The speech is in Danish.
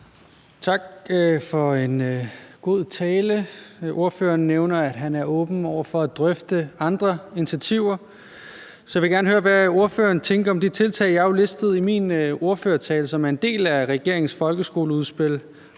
Tak for en god tale. Ordføreren nævner, at han er åben over for at drøfte andre initiativer, så jeg vil gerne høre, hvad ordføreren tænker om de tiltag, jeg listede op i min ordførertale, og som er en del af regeringens folkeskoleudspil,